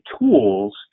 tools